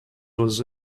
was